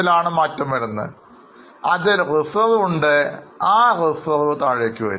ഇല്ല പക്ഷേ O അതായത് Owner's fund അതിൽ Reserve ഉണ്ട് അതിൽ കുറവ് സംഭവിക്കും